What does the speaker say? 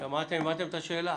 שמעתם את השאלה?